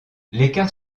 l’écart